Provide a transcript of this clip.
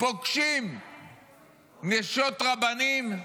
פוגשים נשות רבנים כאן,